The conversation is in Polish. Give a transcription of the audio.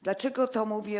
Dlaczego to mówię?